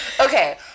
Okay